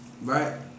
Right